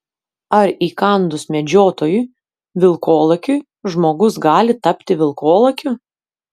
ar įkandus medžiotojui vilkolakiui žmogus gali tapti vilkolakiu